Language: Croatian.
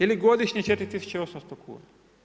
Ili godišnje 4 800 kuna.